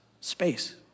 space